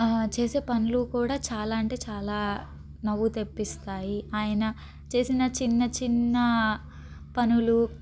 చేసే పనులు కూడా చాలా అంటే చాలా నవ్వు తెప్పిస్తాయి ఆయన చేసిన చిన్న చిన్న పనులు